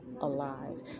alive